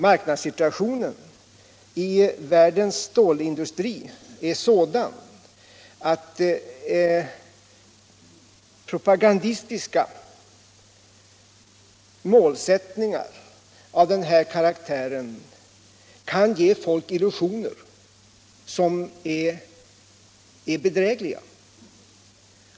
Marknadssituationen i världens stålindustri är sådan att propagandistiska målsättningar av den här karaktären kan ge folk illusioner som är bedrägliga.